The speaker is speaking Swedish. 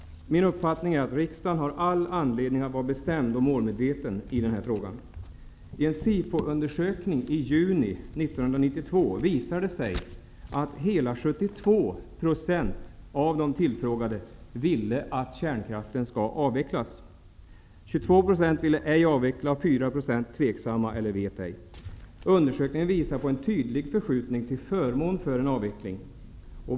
Min uppfattning är att riksdagen har all anledning att vara bestämd och målmedveten i den här frågan. I en SIFO-undersökning i juni 1992 visade det sig att hela 72 % av de tillfrågade ville att kärnkraften skall avvecklas. 22 % ville ej avveckla och 4 % var tveksamma eller visste inte. Undersökningen visar på en tydlig förskjutning till förmån för en avveckling.